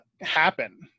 happen